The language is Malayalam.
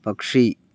പക്ഷി